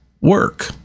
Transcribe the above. work